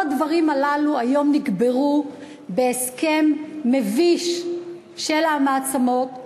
כל הדברים הללו היום נקברו בהסכם מביש של המעצמות.